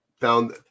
found